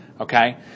Okay